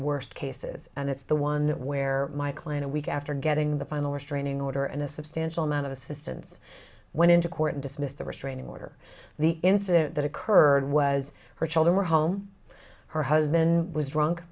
worst cases and it's the one where my clan a week after getting the final restraining order and a substantial amount of assistance went into court and dismissed the restraining order the incident that occurred was her children were home her husband was drunk